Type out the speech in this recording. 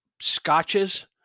scotches